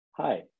Hi